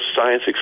science